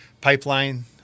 pipeline